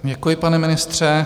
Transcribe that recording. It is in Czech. Děkuji, pane ministře.